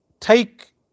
take